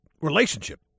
relationship